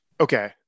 okay